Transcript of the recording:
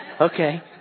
okay